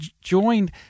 joined